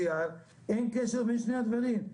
אין קשר בין שני הדברים.